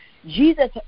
Jesus